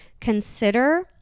Consider